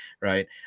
right